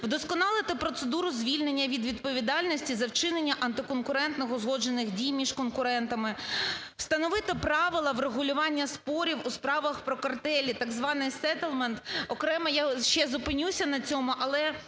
Вдосконалити процедуру звільнення від відповідальності за вчинення антиконкурентних узгоджених дій між конкурентами; встановити правила врегулювання спорів у справах про картелі, так званий сеттльмент. Окремо я ще зупинюся на цьому, але